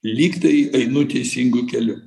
lygtai einu teisingu keliu